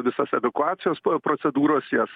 visas evakuacijos pro procedūras jos